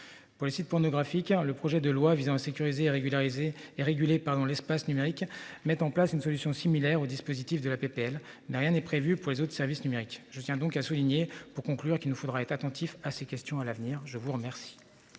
Pour les sites pornographiques. Le projet de loi visant à sécuriser régulariser et régulé pardon l'espace numérique met en place une solution similaire au dispositif de la PPL n'a rien n'est prévu pour les autres services numériques. Je tiens donc à souligner pour conclure qu'il nous faudra être attentif à ces questions à l'avenir, je vous remercie.